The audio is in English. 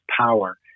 power